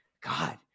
God